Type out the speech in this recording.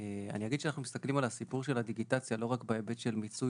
אני אגיד שאנחנו מסתכלים על הסיפור של הדיגיטציה לא רק בהיבט של מיצוי